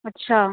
अच्छा